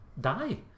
die